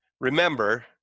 Remember